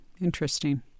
Interesting